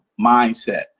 mindset